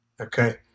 Okay